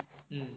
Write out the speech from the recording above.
mm